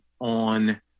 on